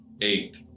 Eight